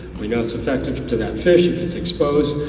we know it's effective to that fish if it's exposed,